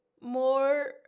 More